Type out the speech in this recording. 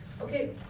Okay